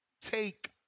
take